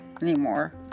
anymore